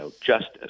justice